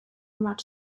much